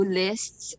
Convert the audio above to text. lists